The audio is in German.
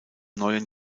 neuen